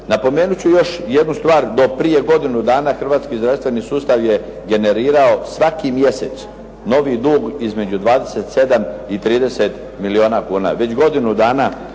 Napomenut ću još jednu stvar. Do prije godinu dana Hrvatski zdravstveni sustav je generirao svaki mjesec novi dug između 27 i 30 milijuna kuna.